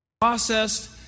Processed